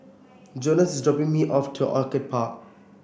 Jonas is dropping me off to Orchid Park